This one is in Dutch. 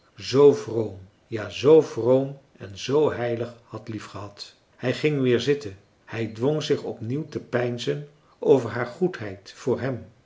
zoo vroom ja zoo vroom en zoo heilig had liefgehad hij ging weer zitten hij dwong zich opnieuw te peinzen over haar goedheid voor hem